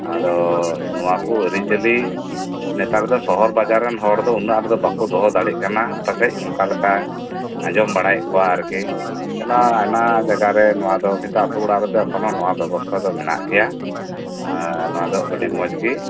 ᱟᱫᱚ ᱱᱚᱣᱟ ᱠᱚ ᱟᱹᱨᱤᱪᱟᱹᱞᱤ ᱱᱮᱛᱟᱨ ᱫᱚ ᱥᱚᱦᱚᱨ ᱵᱟᱡᱟᱨ ᱨᱮᱱ ᱦᱚᱲ ᱫᱚ ᱩᱱᱟᱹ ᱟᱴ ᱫᱚ ᱵᱟᱠᱚ ᱫᱚᱦᱚ ᱫᱟᱲᱮᱜ ᱠᱟᱱᱟ ᱯᱟᱥᱮᱡ ᱚᱱᱠᱟ ᱞᱮᱠᱟ ᱟᱧᱡᱚᱢ ᱵᱟᱲᱟᱭᱮᱫ ᱠᱚᱣᱟ ᱟᱨᱠᱤ ᱚᱱᱟ ᱟᱭᱢᱟ ᱡᱟᱭᱜᱟ ᱨᱮ ᱱᱚᱶᱟ ᱫᱚ ᱠᱤᱱᱛᱩ ᱟᱹᱛᱳ ᱚᱲᱟᱜ ᱨᱮᱫᱚ ᱱᱚᱶᱟ ᱵᱮᱵᱚᱥᱛᱷᱟ ᱫᱚ ᱢᱮᱱᱟᱜ ᱜᱮᱭᱟ ᱱᱚᱶᱟ ᱫᱚ ᱟᱹᱰᱤ ᱢᱚᱸᱡᱽ ᱜᱮ